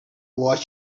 what